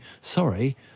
sorry